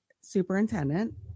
superintendent